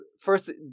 First